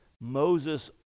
Moses